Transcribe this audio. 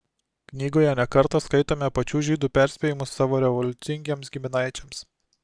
knygoje ne kartą skaitome pačių žydų perspėjimus savo revoliucingiems giminaičiams